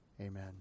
Amen